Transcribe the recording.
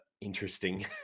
interesting